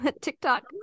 tiktok